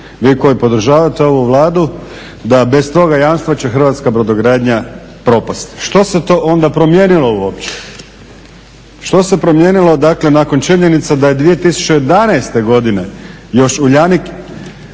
vi koji podržavate ovu Vladu, da bez toga jamstva će Hrvatska brodogradnja propasti. Što se to onda promijenilo uopće? Što se promijenilo dakle nakon činjenice da je 2011. godine još Uljanik